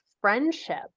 friendship